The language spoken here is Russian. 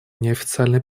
неофициальной